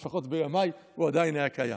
לפחות בימיי הוא עדיין היה קיים,